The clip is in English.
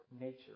nature